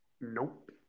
Nope